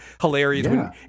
hilarious